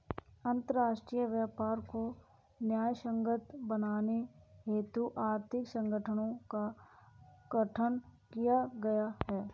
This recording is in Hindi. अंतरराष्ट्रीय व्यापार को न्यायसंगत बनाने हेतु आर्थिक संगठनों का गठन किया गया है